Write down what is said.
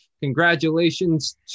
Congratulations